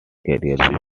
career